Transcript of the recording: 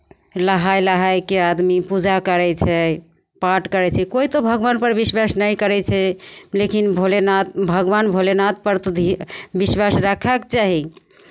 नहाय नहाय कऽ आदमी पूजा करै छै पाठ करै छै कोइ तऽ भगवानपर विश्वास नहि करै छै लेकिन भोलेनाथ भगवान भोलेनाथपर तऽ धि विश्वास राखयके चाही